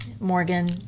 morgan